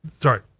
sorry